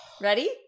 Ready